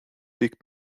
liegt